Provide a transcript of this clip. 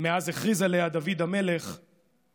מאז הכריז עליה דוד המלך כבירתנו.